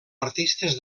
artistes